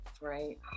Right